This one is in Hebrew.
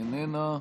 איננה,